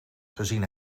gezien